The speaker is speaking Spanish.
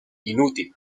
inútil